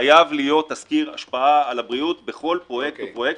חייב להיות תסקיר השפעה על הבריאות בכל פרויקט ופרויקט.